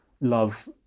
love